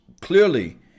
clearly